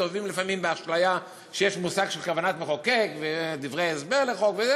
מסתובבים לפעמים באשליה שיש מושג של כוונת מחוקק ודברי הסבר לחוק,